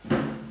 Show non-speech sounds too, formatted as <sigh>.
<noise>